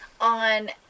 on